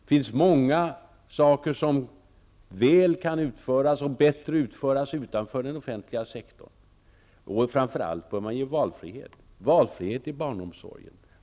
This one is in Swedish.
Det finns många saker som mycket väl kan utföras och som även kan utföras bättre utan för den offentliga sektorn. Framför allt bör man ge valfrihet, t.ex. i barnomsorgen.